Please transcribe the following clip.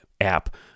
App